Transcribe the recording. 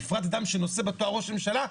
בפרט אדם שנושא בתואר ראש הממשלה.